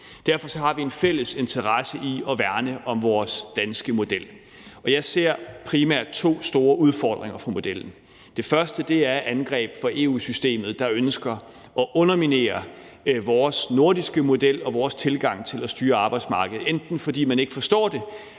Derfor har vi en fælles interesse i at værne om vores danske model, og jeg ser primært to store udfordringer for modellen. Den første er angreb fra EU-systemet, der ønsker at underminere vores nordiske model og vores tilgang til at styre arbejdsmarkedet, enten fordi man ikke forstår,